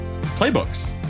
playbooks